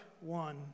one